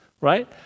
right